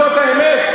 זאת האמת?